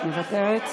מוותרת.